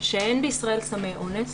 שאין בישראל סמי אונס,